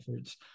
efforts